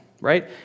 right